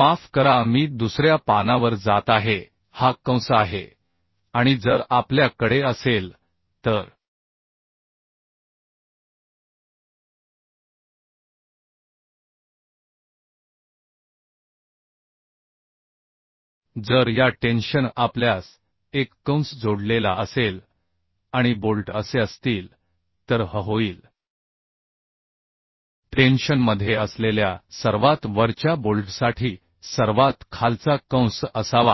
माफ करा मी दुसऱ्या पानावर जात आहे हा कंस आहे आणि जर आपल्या कडे असेल तर जर या टेन्शन आपल्यास एक कंस जोडलेला असेल आणि बोल्ट असे असतील तर h होईल टेन्शनमध्ये असलेल्या सर्वात वरच्या बोल्टसाठी सर्वात खालचा कंस असावा